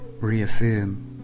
reaffirm